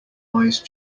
wise